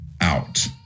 out